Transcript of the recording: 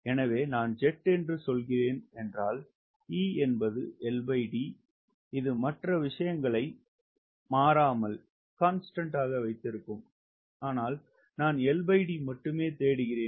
எனவே நான் ஜெட் என்று சொல்கிறேன் என்றால் E என்பது LD இது மற்ற விஷயங்களை மாறாமல் வைத்திருக்கும் ஆனால் நான் L D மட்டுமே தேடுகிறேன்